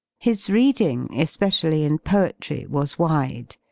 his reading, especially in poetry, was wide,